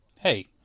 Hey